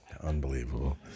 unbelievable